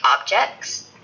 objects